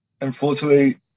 unfortunately